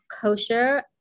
kosher